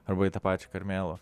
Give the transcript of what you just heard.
arba į tą pačią karmėlavą